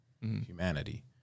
humanity